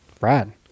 Rad